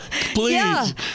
Please